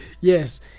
yes